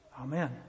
Amen